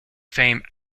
fame